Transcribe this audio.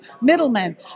middlemen